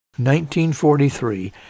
1943